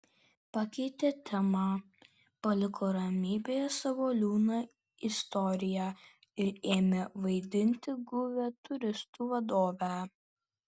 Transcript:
pakeitė temą paliko ramybėje savo liūdną istoriją ir ėmė vaidinti guvią turistų vadovę